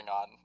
on